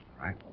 right